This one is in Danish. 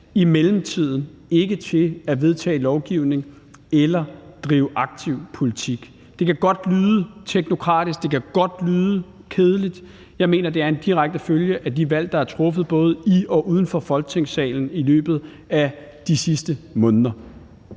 i mellemtiden til at vedtage lovgivning eller drive aktiv politik. Det kan godt lyde teknokratisk, det kan godt lyde kedeligt. Jeg mener, det er en direkte følge af de valg, der er truffet både i og uden for Folketingssalen i løbet af de sidste måneder.